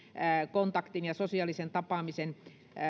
kontaktin ja sosiaalisen tapaamisen paikkoja